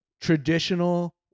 traditional